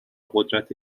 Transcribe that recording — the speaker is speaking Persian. قدرت